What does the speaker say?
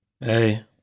hey